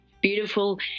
beautiful